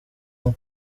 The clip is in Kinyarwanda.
umwe